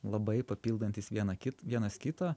labai papildantys viena kitą vienas kitą